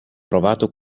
provato